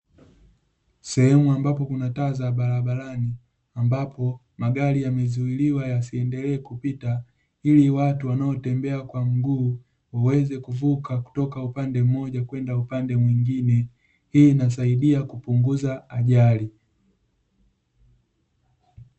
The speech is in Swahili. Sehemu ambapo kuna taa za barabarani ambapo, magari yamezuiliwa yasiendelee kupita ili watu wanaotembea kwa mguu waweze kuvuka kutoka upande mmoja kwenda upande mwingine, hii inasaidia kupunguza ajali.